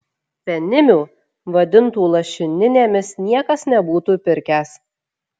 penimių vadintų lašininėmis niekas nebūtų pirkęs